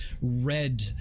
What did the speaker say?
red